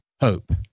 hope